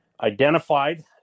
identified